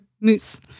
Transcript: Moose